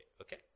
okay